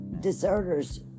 deserters